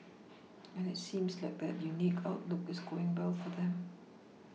and it seems like that unique outlook is going well for them